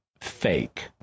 fake